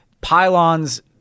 Pylons